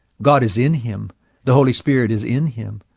god is in him the holy spirit is in him,